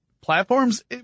platforms